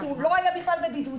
כי הוא לא היה בכלל בידוד.